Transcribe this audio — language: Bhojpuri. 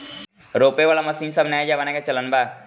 रोपे वाला मशीन सब नया जमाना के चलन बा